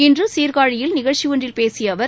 இன்று சீர்காழியில் நிகழ்ச்சி ஒன்றில் பேசிய அவர்